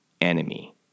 enemy